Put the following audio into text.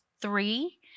three